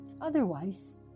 Otherwise